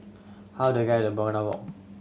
how do I get to Begonia Walk